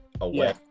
away